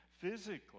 Physically